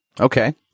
Okay